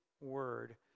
word